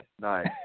Nice